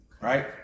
right